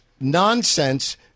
nonsense